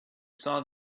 saw